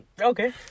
Okay